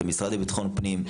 המשרד לביטחון פנים,